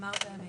אמרת אמת.